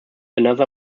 another